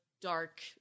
dark